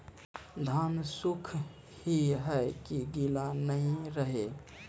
धान सुख ही है की गीला नहीं रहे?